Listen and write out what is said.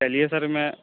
چلیے سر میں